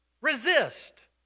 Resist